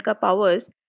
powers